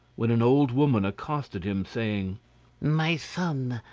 when an old woman accosted him saying my son,